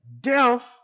death